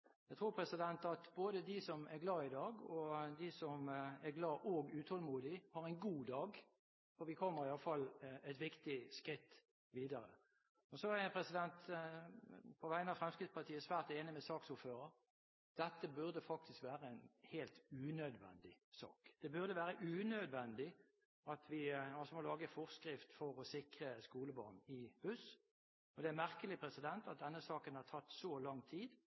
Jeg tror at både de som er glade i dag, og de som er glade og utålmodige, har en god dag, for vi kommer i hvert fall et viktig skritt videre. Så er jeg på vegne av Fremskrittspartiet svært enig med saksordføreren – dette burde faktisk være en helt unødvendig sak. Det burde være unødvendig at vi må lage en forskrift for å sikre skolebarn i buss, og det er merkelig at denne saken har tatt så lang tid,